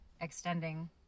extending